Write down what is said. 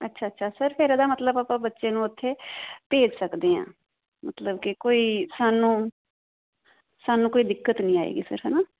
ਅੱਛਾ ਅੱਛਾ ਸਰ ਫਿਰ ਇਹਦਾ ਮਤਲਬ ਆਪਾਂ ਬੱਚੇ ਨੂੰ ਉੱਥੇ ਭੇਜ ਸਕਦੇ ਹਾਂ ਮਤਲਬ ਕਿ ਕੋਈ ਸਾਨੂੰ ਸਾਨੂੰ ਕੋਈ ਦਿੱਕਤ ਨਹੀਂ ਆਏਗੀ ਫਿਰ ਹੈ ਨਾ